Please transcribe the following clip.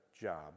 job